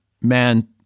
man